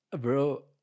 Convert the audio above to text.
Bro